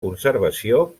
conservació